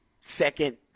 second